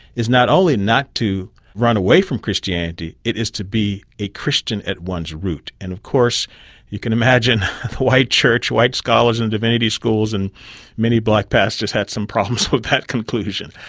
is not only not to run away from christianity, it is to be a christian at one's root. and of course you can imagine white church, white scholars in divinity schools and many black pastors had some problems with that conclusion.